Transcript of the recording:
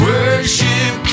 Worship